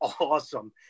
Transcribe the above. awesome